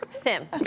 Tim